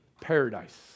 paradise